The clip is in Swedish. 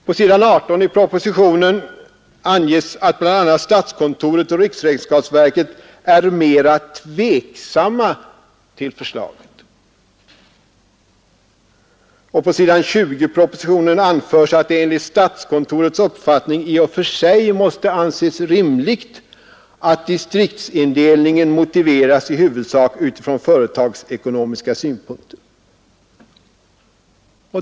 På s. 18 i propositionen anges att bl.a. statskontoret och riksrevisionsverket är mera tveksamma till förslaget, och på s.20 i propositionen anföres att det enligt statskontorets uppfattning i och för sig måste anses rimligt att distriktsindelningen motiveras i huvudsak utifrån företagsekonomiska synpunkter.